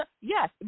Yes